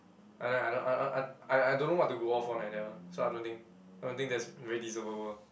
I I I I I don't know what to go off on leh that one so I don't think I don't think that's very deservable